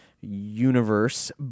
universe